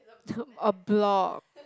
to a blob